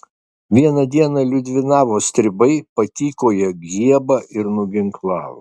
vieną dieną liudvinavo stribai patykojo giebą ir nuginklavo